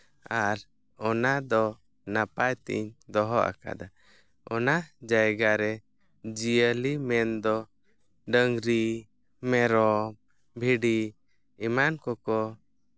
ᱟᱨ ᱚᱱᱟ ᱫᱚ ᱱᱟᱯᱟᱭ ᱛᱤᱧ ᱫᱚᱦᱚ ᱟᱠᱟᱫᱼᱟ ᱚᱱᱟ ᱡᱟᱭᱜᱟ ᱨᱮ ᱡᱤᱭᱟᱹᱞᱤ ᱢᱮᱱᱫᱚ ᱰᱟᱹᱝᱨᱤ ᱢᱮᱨᱚᱢ ᱵᱷᱤᱰᱤ ᱮᱢᱟᱱ ᱠᱚᱠᱚ